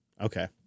Okay